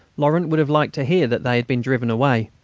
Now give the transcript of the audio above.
laurent would have liked to hear that they had been driven away.